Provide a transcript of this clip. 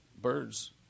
birds